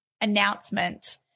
announcement